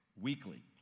weekly